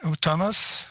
Thomas